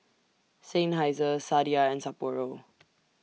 Seinheiser Sadia and Sapporo